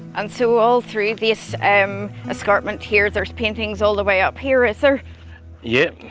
and so all through this um escarpment here, there's paintings all the way up here, is there? yeah